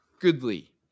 goodly